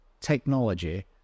technology